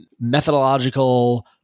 methodological